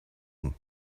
them